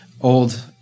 Old